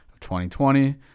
2020